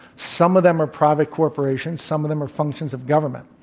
some of them are private corporations. some of them are functions of government.